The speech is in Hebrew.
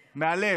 מהלב.